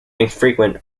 infrequent